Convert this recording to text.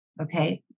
Okay